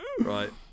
Right